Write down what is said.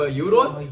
euros